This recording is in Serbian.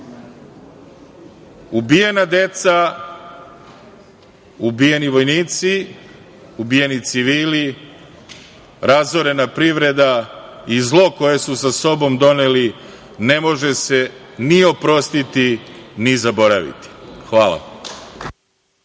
ubijena deca, ubijeni vojnici, ubijeni civili, razorena privreda i zlo koje su sa sobom doneli ne može se ni oprostiti, ni zaboraviti. Hvala.